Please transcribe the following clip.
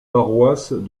paroisses